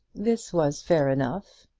this was fair enough,